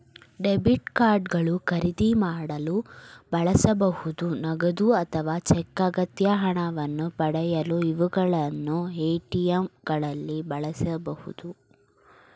debit card ಗಳು ಖರೀದಿ ಮಾಡಲು ಬಳಸಬಹುದು ನಗದು ಅಥವಾ ಚೆಕ್ ಅಗತ್ಯ ಹಣವನ್ನು ಪಡೆಯಲು ಇವುಗಳನ್ನು ಎ.ಟಿ.ಎಂ ಗಳಲ್ಲಿ ಬಳಸಬಹುದು